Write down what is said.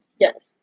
Yes